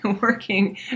working